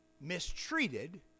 mistreated